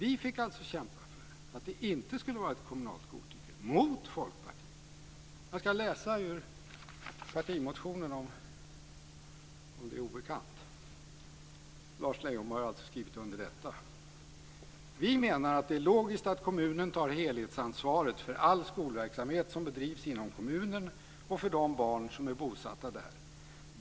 Vi fick alltså kämpa mot Folkpartiet för att det inte skulle vara ett kommunalt godtycke. Jag kan läsa ur partimotionen, om nu detta skulle vara obekant. Lars Leijonborg har alltså skrivit under detta: "Vi menar att det är logiskt att kommunen tar helhetsansvaret för all skolverksamhet som bedrivs inom kommunen och för de barn som är bosatta där.